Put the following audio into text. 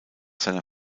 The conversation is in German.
seiner